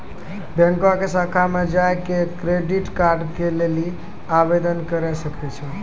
बैंको के शाखा मे जाय के क्रेडिट कार्ड के लेली आवेदन करे सकै छो